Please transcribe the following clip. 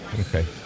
Okay